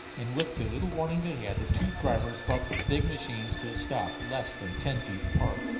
and with the little warning they had, the two drivers brought their big machines to a stop less than ten feet apart.